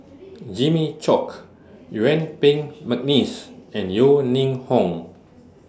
Jimmy Chok Yuen Peng Mcneice and Yeo Ning Hong